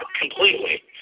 completely